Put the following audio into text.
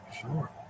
Sure